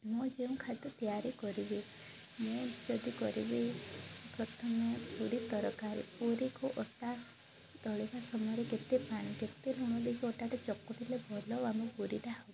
ମୁଁ ଯେଉଁ ଖାଦ୍ୟ ତିଆରି କରିବି ମୁଁ ଯଦି କରିବି ପ୍ରଥମେ ପୁରି ତରକାରୀ ପୁରିକୁ ଅଟା ଦଳିବା ସମୟରେ କେତେ ପାଣି କେତେ ଲୁଣ ଦେଇକି ଅଟାଟା ଚକଟିଲେ ଭଲ ଆମ ପୁରିଟା ହେବ